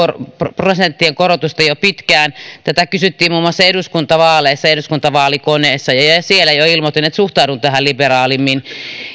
prosenttien korotusta jo pitkään tätä kysyttiin muun muassa eduskuntavaaleissa eduskuntavaalikoneessa ja ja siellä jo ilmoitin että suhtaudun tähän liberaalimmin